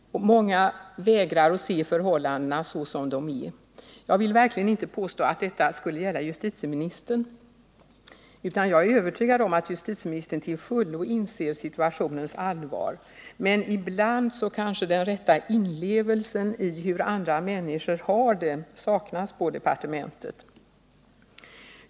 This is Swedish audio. Många vägrar att se förhållandena så som de är. Jag vill verkligen icke påstå att detta skulle gälla justitieministern, utan jag är övertygad om att justitieministern till fullo inser situationens allvar, men ibland kanske den rätta inlevelsen i hur andra människor har det saknas på departementet.